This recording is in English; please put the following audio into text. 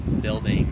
building